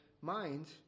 mind